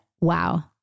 wow